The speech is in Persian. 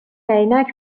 عینک